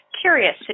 curious